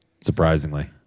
surprisingly